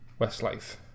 Westlife